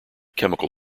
chemical